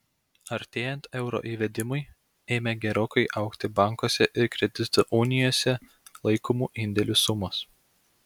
artėjant euro įvedimui ėmė gerokai augti bankuose ir kredito unijose laikomų indėlių sumos